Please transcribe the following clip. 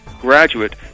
graduate